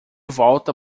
volta